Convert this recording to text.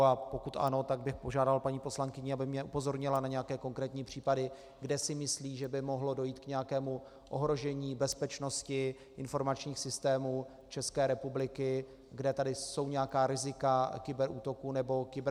A pokud ano, tak bych požádal paní poslankyni, aby mě upozornila na nějaké konkrétní případy, kde si myslí, že by mohlo dojít k nějakému ohrožení bezpečnosti informačních systémů České republiky, kde tady jsou nějaká rizika kyberútoků nebo kyberšpionáže.